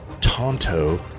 Tonto